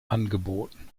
angeboten